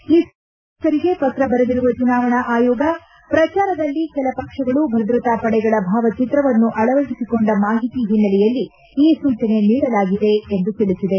ಈ ಸಂಬಂಧ ಪಕ್ಷಗಳ ಅಧ್ಯಕ್ಷರಿಗೆ ಪತ್ರ ಬರೆದಿರುವ ಚುನಾವಣಾ ಆಯೋಗ ಪ್ರಚಾರದಲ್ಲಿ ಕೆಲ ಪಕ್ಷಗಳು ಭದ್ರತಾ ಪಡೆಗಳ ಭಾವಚಿತ್ರವನ್ನು ಅಳವಡಿಸಿಕೊಂಡ ಮಾಹಿತಿ ಹಿನ್ನೆಲೆಯಲ್ಲಿ ಈ ಸೂಚನೆ ನೀಡಲಾಗಿದೆ ಎಂದು ತಿಳಿಸಿದೆ